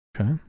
Okay